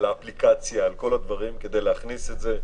על האפליקציה, על כל הדברים, כדי להכניס את זה.